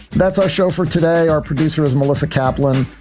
that's our show for today. our producer is melissa kaplan.